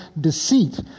deceit